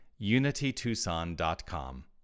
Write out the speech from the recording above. unitytucson.com